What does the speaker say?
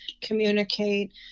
communicate